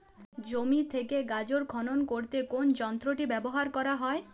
জমি থেকে গাজর খনন করতে কোন যন্ত্রটি ব্যবহার করা হয়?